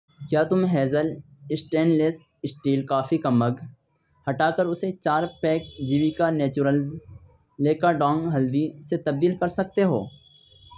کیا تم Hazel stainless steel coffee کا مگ ہٹا کر اسے چار پیک جیویکا نیچورلز لیکاڈانگ ہلدی سے تبدیل کر سکتے ہو